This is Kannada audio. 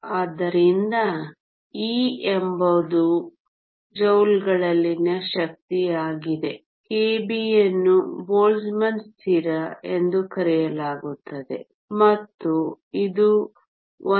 ಆದ್ದರಿಂದ E ಎಂಬುದು ಜೌಲ್ಗಳಲ್ಲಿನ ಶಕ್ತಿಯಾಗಿದೆ kB ಯನ್ನು ಬೋಲ್ಟ್ಜ್ಮನ್ ಸ್ಥಿರ ಎಂದು ಕರೆಯಲಾಗುತ್ತದೆ ಮತ್ತು ಇದು 1